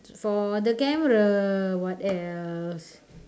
for the camera what else